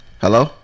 hello